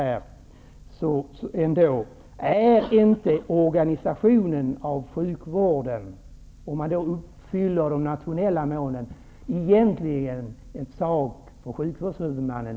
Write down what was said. Men är inte organisationen av sjukvården -- om de nationella målen uppfylls -- i princip egentligen en sak för sjukvårdshuvudmannen?